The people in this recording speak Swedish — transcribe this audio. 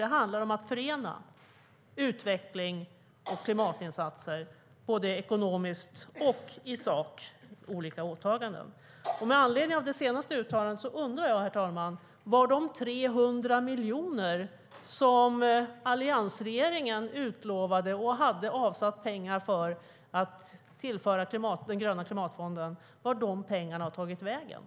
Det handlar om att förena utveckling och klimatinsatser, både ekonomiskt och i sak - olika åtaganden.